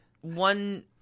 one